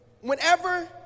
whenever